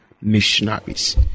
missionaries